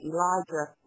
Elijah